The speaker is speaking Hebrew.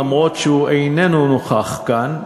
אף שהוא איננו נוכח כאן,